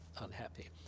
unhappy